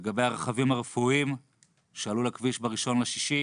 לגבי הרכבים הרפואיים שעלו לכביש ב-1.6,